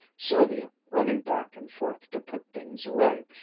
sylvia running back and forth to put things away,